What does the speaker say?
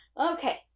Okay